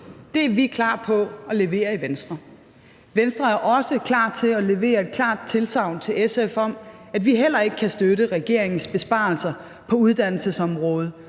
Det er vi klar til at levere i Venstre. Venstre er også klar til at levere et klart tilsagn til SF om, at vi heller ikke kan støtte regeringens besparelser på uddannelsesområdet,